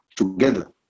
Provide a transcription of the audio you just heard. together